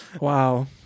Wow